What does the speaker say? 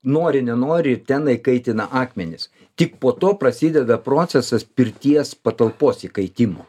nori nenori ten įkaitina akmenis tik po to prasideda procesas pirties patalpos įkaitimo